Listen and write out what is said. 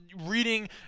reading